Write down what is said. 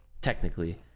technically